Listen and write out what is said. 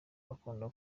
bakunda